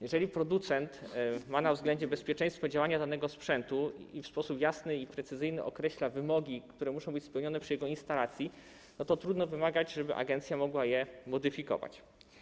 Jeżeli producent ma na względzie bezpieczeństwo działania danego sprzętu i w sposób jasny i precyzyjny określa wymogi, które muszą być spełnione przy jego instalacji, to trudno wymagać, żeby agencja mogła je modyfikować.